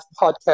podcast